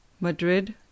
Madrid